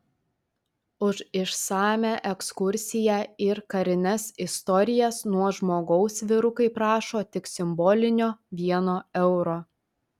už išsamią ekskursiją ir karines istorijas nuo žmogaus vyrukai prašo tik simbolinio vieno euro